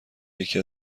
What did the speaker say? یکی